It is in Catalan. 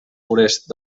forest